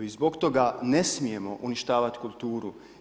Zbog toga ne smijemo uništavati kulturu.